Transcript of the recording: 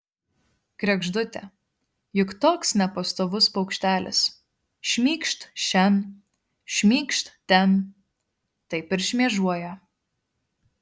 kregždutė juk toks nepastovus paukštelis šmykšt šen šmykšt ten taip ir šmėžuoja